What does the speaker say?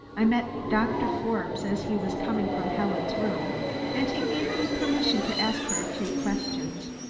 i met doctor forbes as he was coming from helen's room and he gave me permission to ask her a few questions.